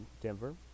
Denver